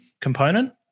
component